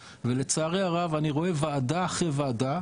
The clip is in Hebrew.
גרעתם מתוך קו תחום הבנייה שלדעתי זו עבירה על החוק,